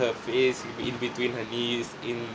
her face in between her knees in